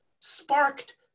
sparked